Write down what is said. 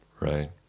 Right